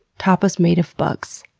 tapas made of bugs.